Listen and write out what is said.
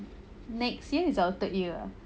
next year is our third year ah